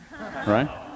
right